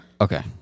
Okay